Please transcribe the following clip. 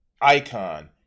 icon